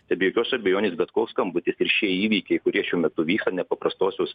tai be jokios abejonės bet koks skambutis ir šie įvykiai kurie šiuo metu vyksta nepaprastosios